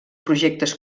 projectes